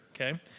okay